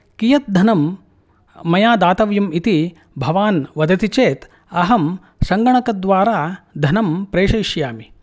कीयत् धनं मया दातव्यम् इति भवान् वदति चेत् अहं संगणकद्वारा धनं प्रेशयिष्यामि